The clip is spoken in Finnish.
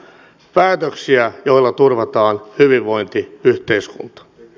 päätöksiä joilla turvataan hyvinvointiyhteiskunta